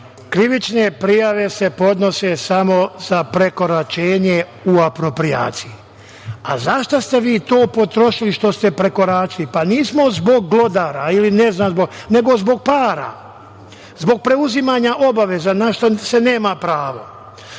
krivične prijave se podnose samo za prekoračenje u aproprijaciji. A za šta ste vi to potrošili što ste prekoračili? Pa, nismo zbog glodara ili ne znam zbog čega, nego zbog para, zbog preuzimanja obaveza, na šta se nema pravo.